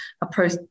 approach